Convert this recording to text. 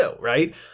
right